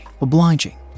Obliging